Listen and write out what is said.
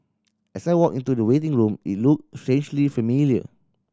as I walked into the waiting room it looked strangely familiar